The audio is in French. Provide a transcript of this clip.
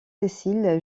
cécile